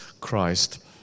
Christ